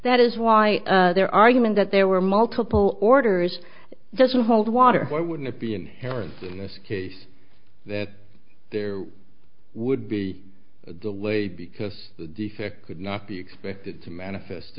that is why their argument that there were multiple orders doesn't hold water why wouldn't it be inherent in this case that there would be delayed because the defect could not be expected to manifest